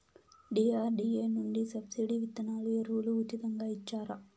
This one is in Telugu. డి.ఆర్.డి.ఎ నుండి సబ్సిడి విత్తనాలు ఎరువులు ఉచితంగా ఇచ్చారా?